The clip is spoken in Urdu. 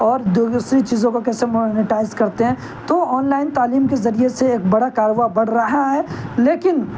اور دوسری چیزوں کو کیسے مونیٹائز کرتے ہیں تو آنلائن تعلیم کے ذریعے سے ایک بڑا کارواں بڑھ رہا ہے لیکن